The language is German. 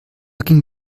ging